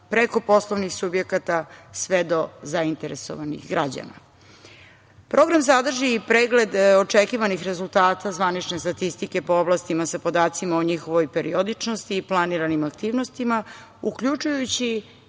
preko poslovnih subjekata, sve do zainteresovanih građana. Program sadrži i pregled očekivanih rezultata zvanične statistike po oblastima sa podacima o njihovoj periodičnosti i planiranim aktivnostima, uključujući